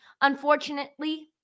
Unfortunately